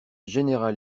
général